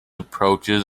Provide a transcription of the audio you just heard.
approaches